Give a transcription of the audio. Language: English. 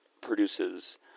produces